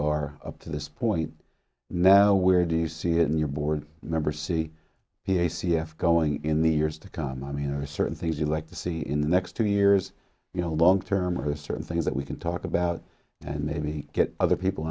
are up to this point now where do you see it in your board member c p a c f going in the years to come i mean there are certain things you like to see in the next two years you know long term or certain things that we can talk about and then the get other people